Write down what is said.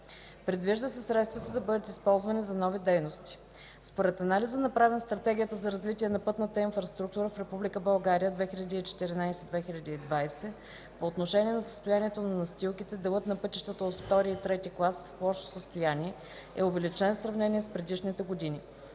Предвижда се средствата да бъдат използвани за нови дейности. Според анализа, направен в Стратегията за развитие на пътната инфраструктура в Република България 2014 – 2020 г. по отношение на състоянието на настилките, делът на пътищата от II и III клас в лошо състояние е увеличен в сравнение с предишни години.